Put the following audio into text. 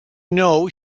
know